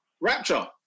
rapture